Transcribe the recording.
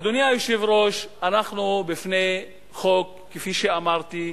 אדוני היושב-ראש, אנחנו בפני חוק, כפי שאמרתי,